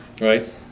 Right